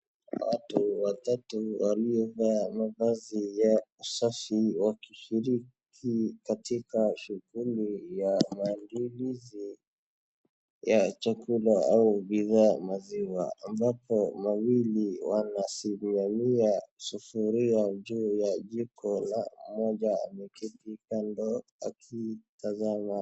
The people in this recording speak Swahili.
Watu watatu waliovaa mavazi safi wakishiriki katika shughuli ya maandalizi ya chakula au bidhaa ya maziwa ambapo wawili wanasimamia sufuria juu ya jiko na mmoja ameketi kando akitazama.